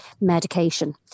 medication